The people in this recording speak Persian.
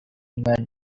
نمیر